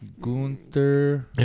Gunther